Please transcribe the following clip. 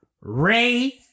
Ray